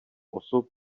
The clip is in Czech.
osob